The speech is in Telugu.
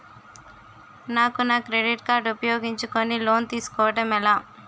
నాకు నా క్రెడిట్ కార్డ్ ఉపయోగించుకుని లోన్ తిస్కోడం ఎలా?